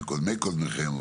קודמיכם, עם קודמי-קודמכם.